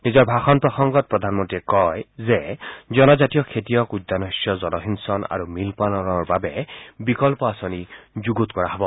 নিজৰ ভাষণ প্ৰসংগত প্ৰধানমন্ত্ৰীয়ে কয় যে জনজাতীয় খেতিয়ক উদ্যান শস্য জলসিঞ্চন আৰু মীন পালনৰ বাবে বিকল্প আঁচনি যুগুত কৰা হব